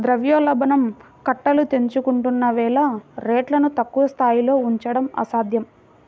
ద్రవ్యోల్బణం కట్టలు తెంచుకుంటున్న వేళ రేట్లను తక్కువ స్థాయిలో ఉంచడం అసాధ్యం